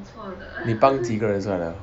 你帮几个人算 liao